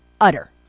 utter